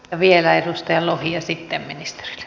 vielä edustaja lohi ja sitten ministerille